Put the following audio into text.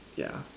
yeah